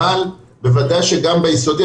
אבל בוודאי שגם ביסודי,